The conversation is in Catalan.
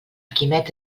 quimet